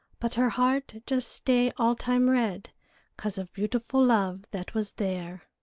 but her heart just stay all time red cause of beautiful love that was there.